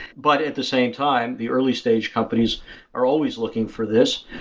but at the same time the early-stage companies are always looking for this.